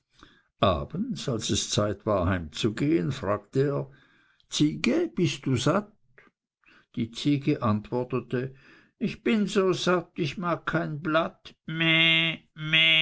abends als er heim wollte fragte er ziege bist du satt die ziege antwortete ich bin so satt ich mag kein blatt meh meh